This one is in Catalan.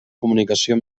comunicació